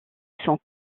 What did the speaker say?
sont